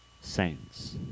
saints